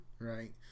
right